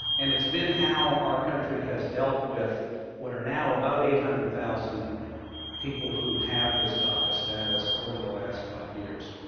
and it's been how our country has dealt with what are now about eight hundred thousand people who have this daca status over the last five years.